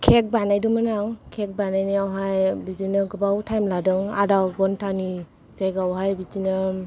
cake बानायदोंमोन आं cake बानायनायाव बिदिनो गोबाव टाइम लादों आधा घन्थानि जायगायावहाय बिदिनो